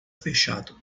fechado